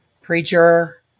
preacher